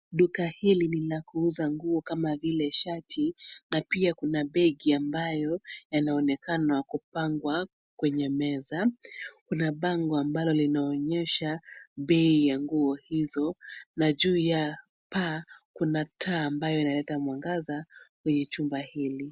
Duka hili ni ya kuuza nguo kama vile shati na pia kuna begi ambayo yaonekana yamepangwa kwenye meza. Kuna bango ambalo linaonyesha pei ya nguo hizo na juu ya paa kuna taa ambayo inaleta mwangaza kwenye jumba hili.